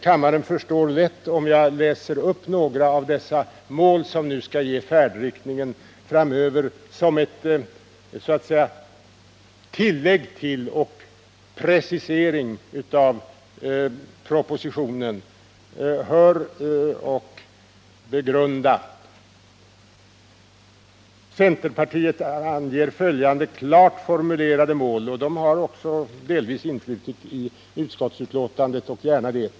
Kammaren förstår lätt varför, om jag läser upp några av de mål som nu som en precisering av propositionen skall ange färdriktningen framöver. Centern anger följande ”klart formulerade” mål, och de har delvis också influtit i utskottsbetänkandet, och gärna det.